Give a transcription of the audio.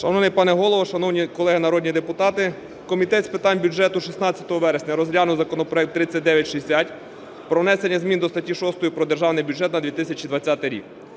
Шановний пане Голово, шановні колеги народні депутати! Комітет з питань бюджету 16 вересня розглянув законопроект 3960 про внесення змін до статті 6 про Державний бюджет на 2020 рік.